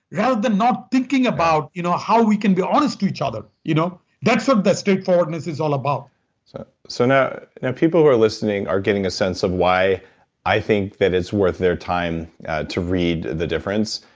rather than not thinking about you know how we can be honest with each other. you know that's what that straightforwardness is all about so now people who are listening are getting a sense of why i think that it's worth their time to read the difference,